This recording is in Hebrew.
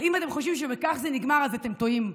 אם אתם חושבים שבכך זה נגמר, אתם טועים.